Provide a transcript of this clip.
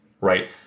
right